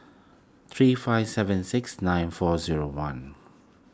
three five seven six nine four zero one